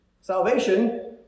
Salvation